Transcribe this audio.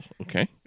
okay